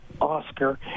Oscar